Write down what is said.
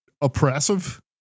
oppressive